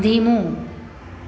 ધીમું